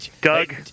Doug